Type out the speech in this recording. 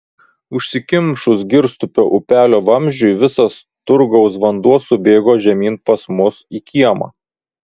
užsikimšus girstupio upelio vamzdžiui visas turgaus vanduo subėgo žemyn pas mus į kiemą